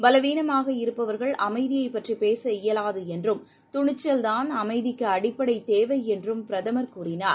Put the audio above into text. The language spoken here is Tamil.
பலவீனமாக இருப்பவர்கள் அமைதியைப் பற்றிபேச இயலாதுஎன்றும் துணிச்சல்தான் அமைதிக்குஅடிப்படைதேவைஎன்றும் பிரதமர் கூறினார்